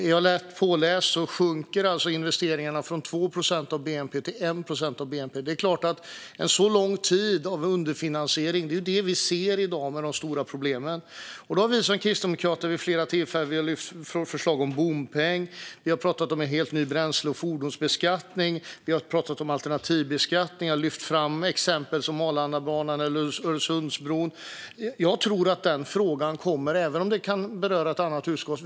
Är jag rätt påläst sjönk investeringarna från 2 procent av bnp till 1 procent av bnp. Det är klart att en så lång tid av underfinansiering har lett till de stora problem vi ser i dag. Vi kristdemokrater har vid flera tillfällen lagt fram förslag om bompeng. Vi har pratat om en helt ny bränsle och fordonsbeskattning. Vi har pratat om alternativbeskattning. Vi har lyft fram exempel som Arlandabanan och Öresundsbron. Jag tror att den frågan kommer, även om den kan beröra ett annat utskott.